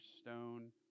stone